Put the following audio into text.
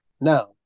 Now